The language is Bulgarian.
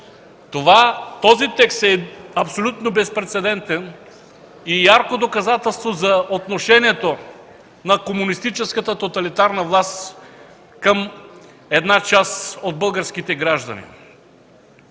Този текст е абсолютно безпрецедентен и е ярко доказателство за отношението на комунистическата тоталитарна власт към една част от българските граждани.